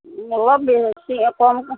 অলপ বেছি কমকৈ